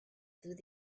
through